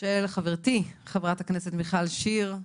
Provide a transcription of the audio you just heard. של חברתי, חה"כ מיכל שיר.